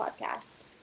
podcast